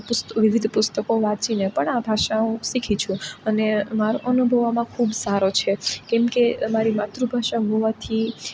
વિવિધ પુસ્તકો વાંચીને પણ આ ભાષા હું શીખી છું અને મારો અનુભવ આમાં ખૂબ સારો છે કેમ કે મારી માતૃભાષા હોવાથી